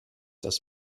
das